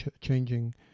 changing